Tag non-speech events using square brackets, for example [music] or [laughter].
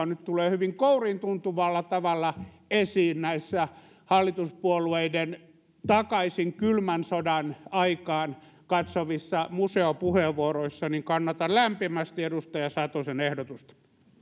[unintelligible] nyt tulee hyvin kouriintuntuvalla tavalla esiin näissä hallituspuolueiden takaisin kylmän sodan aikaan katsovissa museopuheenvuoroissa kannatan lämpimästi edustaja satosen ehdotusta